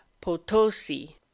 potosi